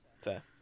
fair